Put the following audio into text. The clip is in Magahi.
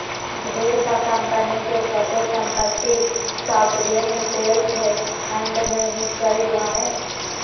ढेर सा कम्पनी के सभे सम्पत्ति सॉवरेन वेल्थ फंड मे ही चल जा हय